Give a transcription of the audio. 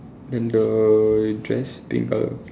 then the dress pink colour